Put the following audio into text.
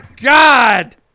God